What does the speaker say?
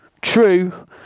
true